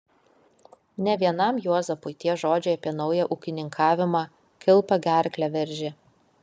ne vienam juozapui tie žodžiai apie naują ūkininkavimą kilpa gerklę veržė